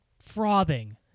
frothing